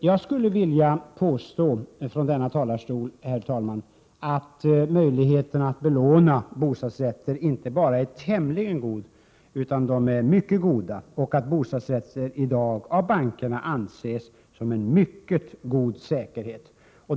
Jag skulle vilja påstå från denna talarstol, herr talman, att möjligheten att belåna bostadsrätter inte bara är tämligen god utan mycket god och att bostadsrätter i dag av bankerna anses som en mycket god säkerhet.